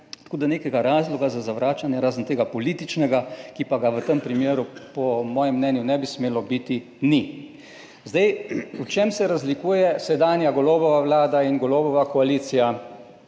tako da nekega razloga za zavračanje, razen tega političnega, ki pa ga v tem primeru po mojem mnenju ne bi smelo biti, ni. V čem se razlikuje sedanja Golobova vlada in Golobova koalicija